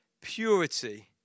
purity